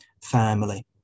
family